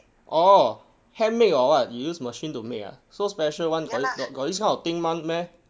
orh handmade or what you use machine to make ah so special [one] got got got this kind of thing [one] meh